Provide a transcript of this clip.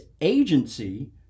agency